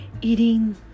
Eating